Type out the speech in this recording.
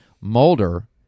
Mulder